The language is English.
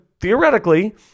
theoretically –